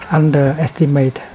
underestimate